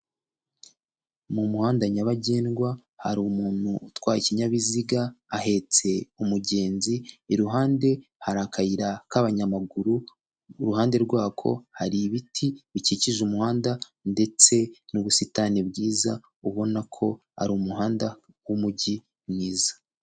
Mu muhanda nyabagendwa, hari umuntu utwaye ikinyabiziga ahetse umugenzi, iruhande hari akayira k'abanyamaguru, uruhande rwako hari ibiti bikikije umuhanda ndetse n'ubusitani bwiza, ubona ko ari umuhanda w'umujyi mwiza.